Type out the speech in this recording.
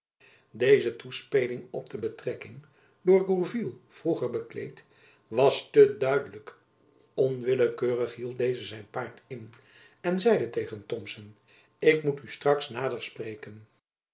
deze toespeling op de betrekking door gourville vroeger bekleed was te duidelijk onwillekeurig hield deze zijn paard in en zeide tegen thomson ik moet u straks nader spreken